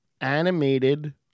animated